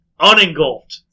unengulfed